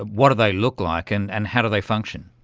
what do they look like, and and how do they function?